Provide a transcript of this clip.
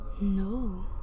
No